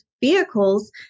vehicles